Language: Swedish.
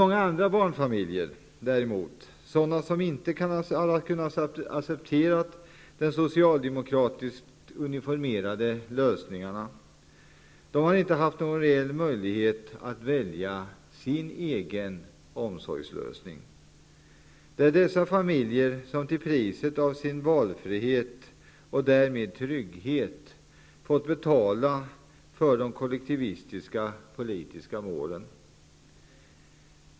Många andra barnfamiljer, som inte har kunnat acceptera de socialdemokratiskt uniformerade lösningarna, har inte haft någon reell möjlighet att välja sin egen omsorgslösning. Det är dessa familjer som till priset av sin valfrihet och därmed trygghet har fått betala för de kollektivistiska politiska målen.